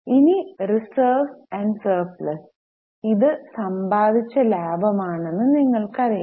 ഇനി reserves and surplus ഇത് സമ്പാദിച്ച ലാഭമാണെന്ന് നിങ്ങൾക്കറിയാം